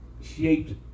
Shaped